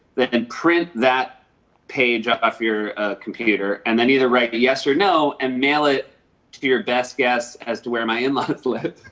and print that page off your computer, and then either write yes or no and mail it to your best guess as to where my in-laws live.